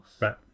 Right